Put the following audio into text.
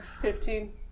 Fifteen